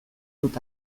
dut